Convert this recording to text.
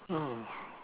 ah